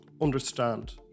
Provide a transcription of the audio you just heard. understand